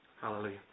Hallelujah